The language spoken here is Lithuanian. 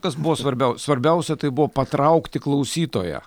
kas buvo svarbiau svarbiausia tai buvo patraukti klausytoją